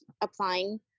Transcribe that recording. applying